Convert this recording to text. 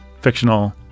fictional